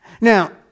Now